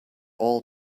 all